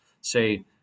say